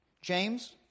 James